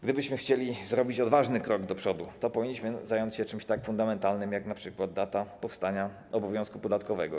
Gdybyśmy chcieli zrobić odważny krok do przodu, powinniśmy zająć się czymś tak fundamentalnym jak np. data powstania obowiązku podatkowego.